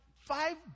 five